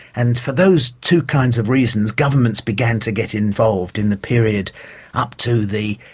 and for those two kinds of reasons, governments began to get involved in the period up to the